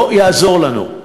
לא יעזור לנו,